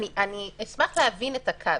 אשמח להבין את הקו.